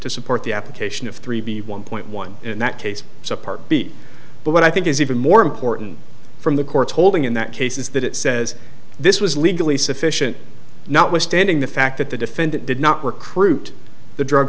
to support the application of three b one point one in that case it's a part b but what i think is even more important from the court's holding in that case is that it says this was legally sufficient notwithstanding the fact that the defendant did not recruit the drug